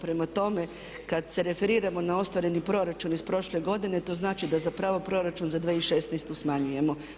Prema tome, kad se referiramo na ostvareni proračun iz prošle godine to znači da zapravo proračun za 2016. smanjujemo.